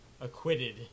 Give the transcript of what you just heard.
acquitted